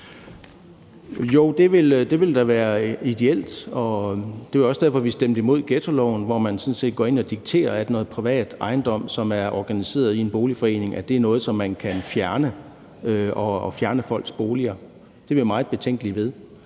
Jo, det ville da være ideelt. Det var også derfor, vi stemte imod ghettoloven, hvor man sådan set går ind og dikterer, at noget privat ejendom, som er organiseret i en boligforening, er noget, som man kan fjerne, og at man kan fjerne folks boliger. Det er vi meget betænkelige ved.